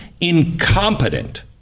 incompetent